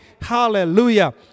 hallelujah